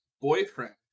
boyfriend